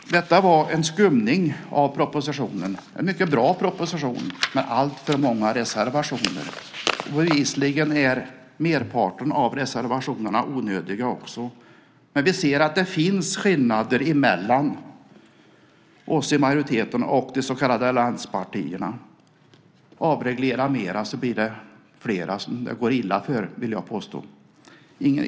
Detta var en skumning av propositionen, en mycket bra proposition med alltför många reservationer. Bevisligen är merparten av reservationerna onödiga. Vi ser att det finns skillnader mellan oss i majoriteten och de så kallade allianspartierna. Avreglera mera så blir det flera som det går illa för, vill jag påstå.